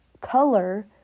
color